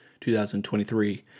2023